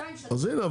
שתיים ש --- אז הנה,